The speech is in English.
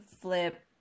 flip